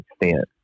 extent